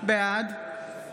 בעד